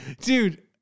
Dude